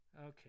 Okay